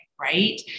right